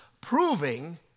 proving